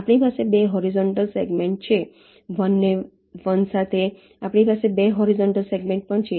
આપણી પાસે 2 horizontal segment છે 1 સાથે 1 આપણી પાસે 2 હોરીઝોન્ટલ સેગમેન્ટ્સ પણ છે